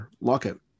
lockout